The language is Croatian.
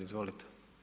Izvolite.